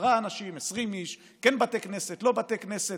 עשרה אנשים, 20 איש, כן בתי כנסת, לא בתי כנסת.